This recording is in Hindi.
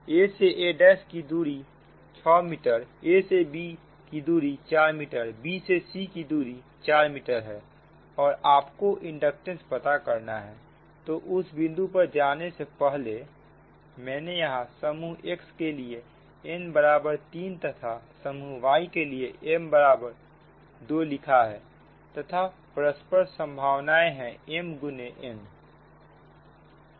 a से a' की दूरी 6 मीटरa से b की दूरी 4 मीटरb से c की दूरी 4 मीटर है और आपको इंडक्टेंस पता करना है तो उस बिंदु पर जाने से पहले मैंने यहां समूह x के लिए n बराबर 3 तथा समूह y के लिए m बराबर 2 लिखा है तथा परस्पर संभावना है m गुने n है